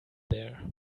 there